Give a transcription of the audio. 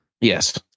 Yes